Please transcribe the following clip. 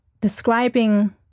describing